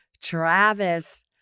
Travis